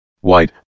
white